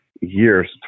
years